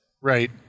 Right